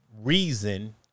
reason